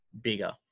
bigger